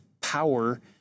power